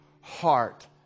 heart